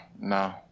no